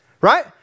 right